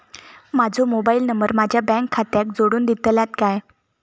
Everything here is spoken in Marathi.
माजो मोबाईल नंबर माझ्या बँक खात्याक जोडून दितल्यात काय?